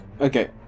Okay